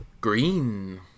Green